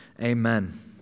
Amen